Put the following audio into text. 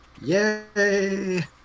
Yay